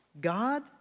God